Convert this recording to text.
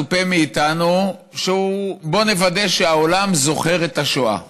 מצופה מאיתנו שהוא: בוא נוודא שהעולם זוכר את השואה.